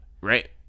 Right